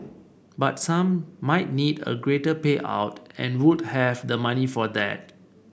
but some might need a greater payout and would have the money for that